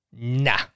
Nah